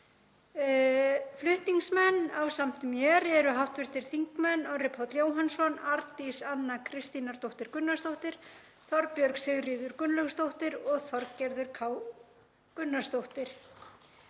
Flutningsmenn ásamt mér eru hv. þingmenn Orri Páll Jóhannsson, Arndís Anna Kristínardóttir Gunnarsdóttir, Þorbjörg Sigríður Gunnlaugsdóttir og Þorgerður K. Gunnarsdóttir.